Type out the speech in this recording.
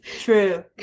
true